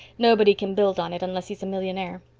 nobody can build on it unless he's a millionaire.